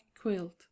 quilt